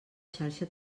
xarxa